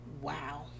Wow